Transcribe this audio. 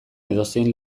edozein